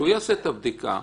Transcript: שיעשה את הבדיקה,